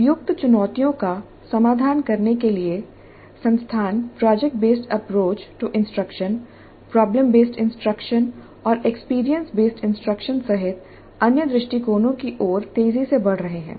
उपर्युक्त चुनौतियों का समाधान करने के लिए संस्थान project based instruction problem based instruction और एक्सपीरियंस बेसड इंस्ट्रक्शन सहित अन्य दृष्टिकोणों की ओर तेजी से बढ़ रहे हैं